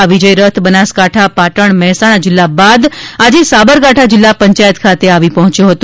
આ વિજય રથ બનાસકાંઠા પાટણ મહેસાણા જિલ્લા બાદ આજે સાબરકાંઠા જિલ્લા પંચાયત ખાતે આવી પહોંચ્યો હતો